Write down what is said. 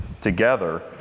together